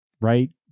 right